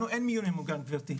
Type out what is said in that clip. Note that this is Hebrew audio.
לנו אין מיון ממוגן גברתי,